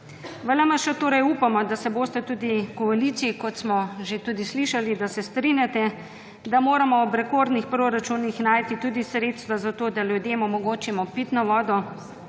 V LMŠ torej upamo, da se boste tudi v koaliciji, kot smo že tudi slišali, da se strinjate, da moramo ob rekordnih proračunih najti tudi sredstva za to, da ljudem omogočimo pitno vodo,